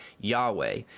Yahweh